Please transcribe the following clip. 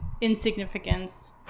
insignificance